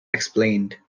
explained